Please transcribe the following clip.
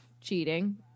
cheating